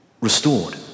Restored